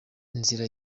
inzira